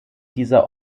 dieser